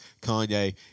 Kanye